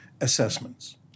assessments